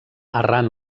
arran